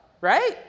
right